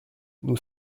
nous